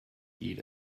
eat